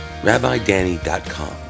rabbidanny.com